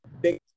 big